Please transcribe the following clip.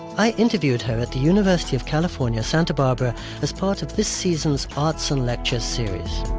i interviewed her at the university of california santa barbara as part of this season's arts and lecture series